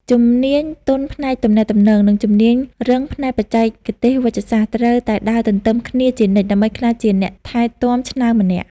ជំនាញទន់ផ្នែកទំនាក់ទំនង និងជំនាញរឹងផ្នែកបច្ចេកទេសវេជ្ជសាស្ត្រ ត្រូវតែដើរទន្ទឹមគ្នាជានិច្ចដើម្បីក្លាយជាអ្នកថែទាំឆ្នើមម្នាក់។